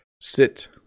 Sit